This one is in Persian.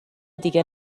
دیگه